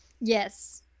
Yes